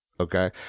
Okay